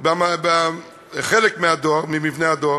בחלק ממבני הדואר.